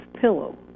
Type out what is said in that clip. pillow